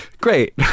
great